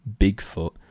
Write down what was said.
Bigfoot